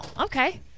Okay